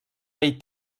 vell